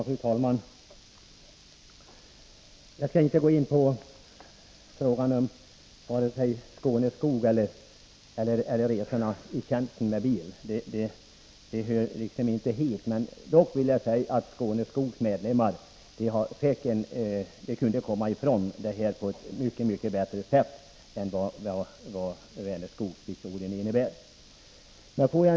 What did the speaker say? Fru talman! Jag skall inte gå in på frågorna om Skåneskog eller tjänsteresorna med bil — det hör inte hit. Dock vill jag säga att Skåneskogs medlemmar kunde komma ifrån det här problemet på ett mycket bättre sätt än vad Vänerskogshistorien innebär.